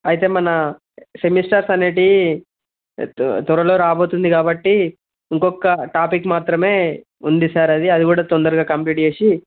అయితే మన సెమిస్టర్స్ అనేవి త్వరలో రాబోతుంది కాబట్టి ఇంకొక్క టాపిక్ మాత్రమే ఉంది సార్ అది కూడా తొందరగా కంప్లీట్ చేసి